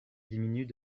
diminuent